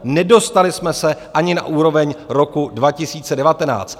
Nedostali jsme se ani na úroveň roku 2019.